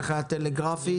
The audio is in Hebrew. טלגרפית,